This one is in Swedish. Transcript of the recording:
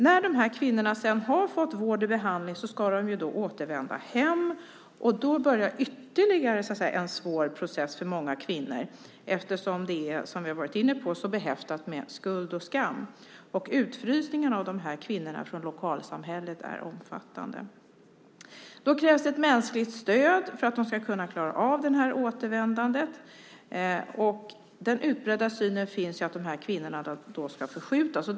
När de här kvinnorna sedan har fått vård och behandling ska de återvända hem. Då börjar ytterligare en svår process för många kvinnor eftersom det är, som vi har varit inne på, så behäftat med skuld och skam. Utfrysningen från lokalsamhället av de här kvinnorna är omfattande. Då krävs det ett mänskligt stöd för att de ska kunna klara av det här återvändandet. Den utbredda synen att de här kvinnorna ska förskjutas finns ju.